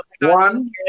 One